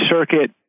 Circuit